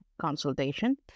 consultation